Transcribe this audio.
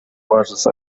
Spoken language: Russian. важность